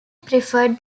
preferred